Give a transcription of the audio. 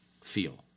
feel